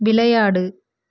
விளையாடு